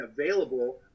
available